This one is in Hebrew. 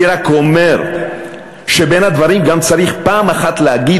אני רק אומר שבין הדברים גם צריך פעם אחת להגיד